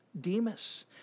Demas